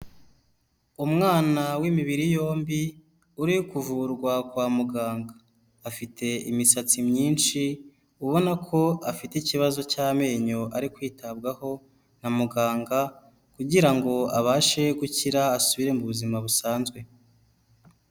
Umwana w'imibiri yombi uri kuvurwa kwa muganga afite imisatsi myinshi ubona ko afite ikibazo cy'amenyo ari kwitabwaho na muganga kugira ngo abashe gukira asubire mu buzima busanzwe.